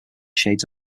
shades